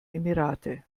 emirate